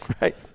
Right